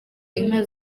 inka